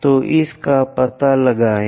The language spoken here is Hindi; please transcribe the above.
तो इस का पता लगाएं